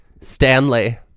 Stanley